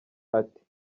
ati